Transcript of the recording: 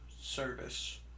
service